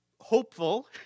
hopeful